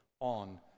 On